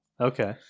okay